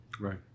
Right